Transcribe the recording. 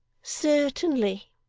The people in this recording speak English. certainly,